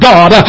God